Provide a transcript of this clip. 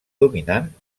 dominant